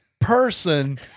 person